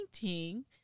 painting